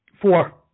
Four